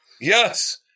Yes